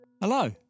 Hello